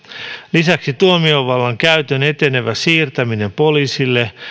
lisäksi tuomiovallan käytön enenevä siirtäminen poliisille